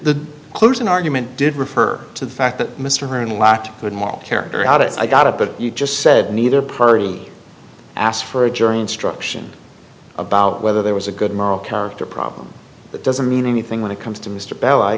the closing argument did refer to the fact that mr ahern lacked good moral character out of i got it but you just said neither person asked for a jury instruction about whether there was a good moral character problem that doesn't mean anything when it comes to mr bell